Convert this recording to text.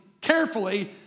carefully